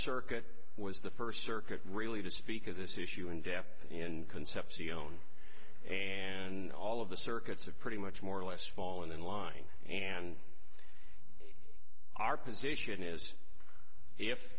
circuit was the first circuit really to speak of this issue in depth in concepcion and all of the circuits are pretty much more or less fall in line and our position is if